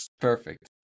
perfect